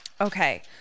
Okay